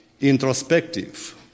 introspective